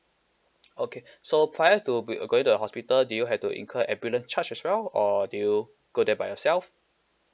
okay so prior to be going to the hospital did you had to incur ambulance charge as well or did you go there by yourself